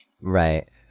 Right